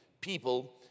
people